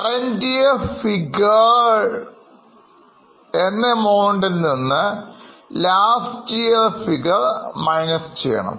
Current Year figure Deduct Last year figure കണ്ടുപിടിക്കണം